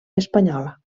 espanyola